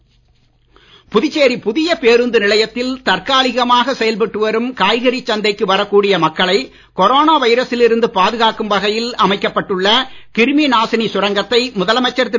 சுரங்கம் புதுச்சேரி புதிய பேருந்து நிலையத்தில் தற்காலிகமாக செயல்பட்டு வரும் காய்கறிச் சந்தைக்கு வரக்கூடிய மக்களை கொரோனா வைரசில் இருந்து பாதுகாக்கும் வகையில் அமைக்கப்பட்டுள்ள கிருமி நாசினி சுரங்கத்தை முதலமைச்சர் திரு